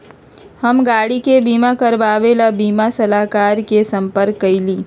हम गाड़ी के बीमा करवावे ला बीमा सलाहकर से संपर्क कइली